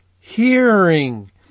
hearing